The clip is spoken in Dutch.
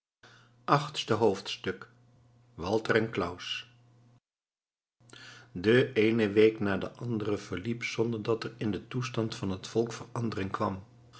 achtste hoofdstuk walter en claus de eene week na de andere verliep zonder dat er in den toestand van het volk verandering kwam